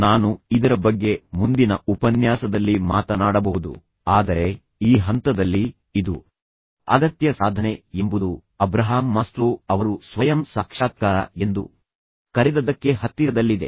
ನಾನು ಇದರ ಬಗ್ಗೆ ಮುಂದಿನ ಉಪನ್ಯಾಸದಲ್ಲಿ ಮಾತನಾಡಬಹುದು ಆದರೆ ಈ ಹಂತದಲ್ಲಿ ಇದು ಅಗತ್ಯ ಸಾಧನೆ ಎಂಬುದು ಅಬ್ರಹಾಂ ಮಾಸ್ಲೋ ಅವರು ಸ್ವಯಂ ಸಾಕ್ಷಾತ್ಕಾರ ಎಂದು ಕರೆದದ್ದಕ್ಕೆ ಹತ್ತಿರದಲ್ಲಿದೆ